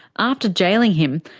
after jailing him,